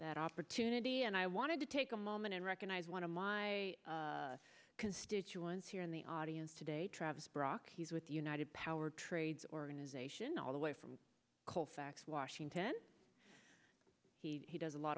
that opportunity and i wanted to take a moment and recognize one of my constituents here in the audience today travis brock he's with the united power trades organization all the way from colfax washington he does a lot